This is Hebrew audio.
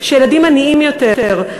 שהילדים עניים יותר,